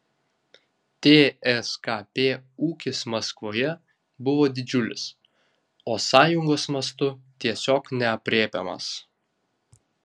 tskp ūkis maskvoje buvo didžiulis o sąjungos mastu tiesiog neaprėpiamas